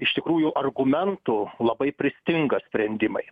iš tikrųjų argumentų labai pristinga sprendimai